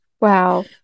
wow